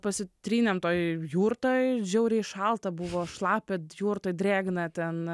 pasitrynėm toj jurtoj žiauriai šalta buvo šlapia jurtoj drėgna ten